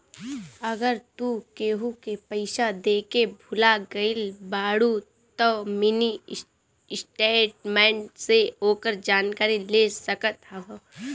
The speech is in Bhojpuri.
अगर तू केहू के पईसा देके भूला गईल बाड़ऽ तअ मिनी स्टेटमेंट से ओकर जानकारी ले सकत हवअ